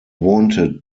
wanted